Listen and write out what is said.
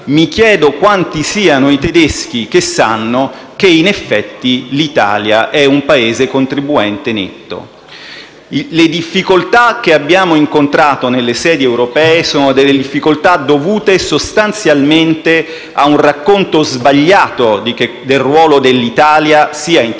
si chiedeva quanti siano i tedeschi che sanno che in effetti l'Italia è un Paese contribuente netto. Le difficoltà che abbiamo incontrato nelle sedi europee sono dovute sostanzialmente a un racconto sbagliato del ruolo dell'Italia, sia in termini